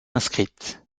inscrite